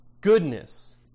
goodness